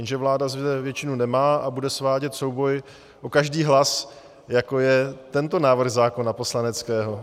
Jenže vláda zde většinu nemá a bude svádět souboj o každý hlas, jako je tento návrh zákona poslaneckého.